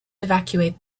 evacuate